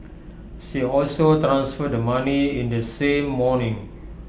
she also transferred the money in the same morning